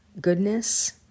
goodness